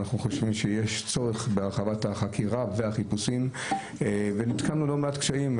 אנחנו חושבים שיש צורך בהרחבת החקירה והחיפושים ונתקלנו בלא מעט קשיים.